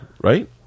Right